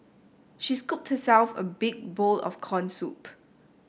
she scooped herself a big bowl of corn soup